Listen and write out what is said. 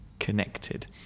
connected